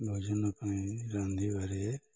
ଭୋଜନ ପାଇଁ ରାନ୍ଧିବାରେ